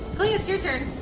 kalia, it's your turn.